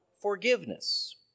forgiveness